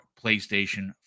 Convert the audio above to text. PlayStation